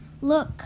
look